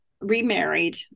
remarried